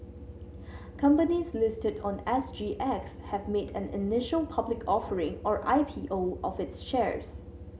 companies listed on S G X have made an initial public offering or I P O of its shares